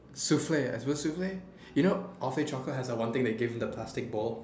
souffle was it souffle you know awfully chocolate has that one thing they give in a plastic bowl